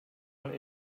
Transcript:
mal